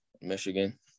Michigan